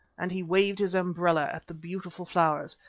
and he waved his umbrella at the beautiful flowers.